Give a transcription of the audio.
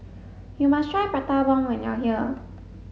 you must try prata bomb when you are here